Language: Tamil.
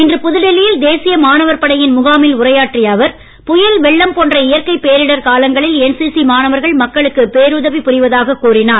இன்று புதுடெல்லியில் தேசிய மாணவர் படையின் முகாமில் உரையாற்றிய அவர் புயல் வெள்ளம் போன்ற இயற்கை பேரிடர் காலங்களில் என்சிசி மாணவர்கள் மக்களுக்கு பேருதவி புரிவதாக கூறினார்